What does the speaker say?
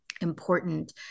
important